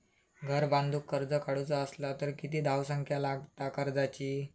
घर बांधूक कर्ज काढूचा असला तर किती धावसंख्या लागता कर्जाची?